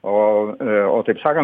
o o taip sakant prezidentui